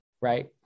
right